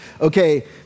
Okay